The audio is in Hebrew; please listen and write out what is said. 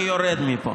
אני יורד מפה.